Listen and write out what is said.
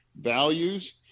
values